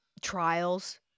trials